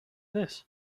this